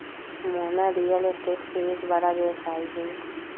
Mohana real estate के एक बड़ा व्यवसायी हई